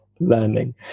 learning